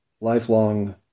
lifelong